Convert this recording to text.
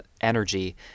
energy